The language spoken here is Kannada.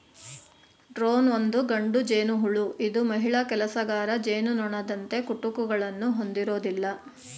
ಡ್ರೋನ್ ಒಂದು ಗಂಡು ಜೇನುಹುಳು ಇದು ಮಹಿಳಾ ಕೆಲಸಗಾರ ಜೇನುನೊಣದಂತೆ ಕುಟುಕುಗಳನ್ನು ಹೊಂದಿರೋದಿಲ್ಲ